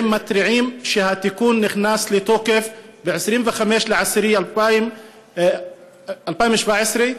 התראה שהתיקון נכנס לתוקף ב-25 באוקטובר 2017,